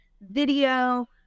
Video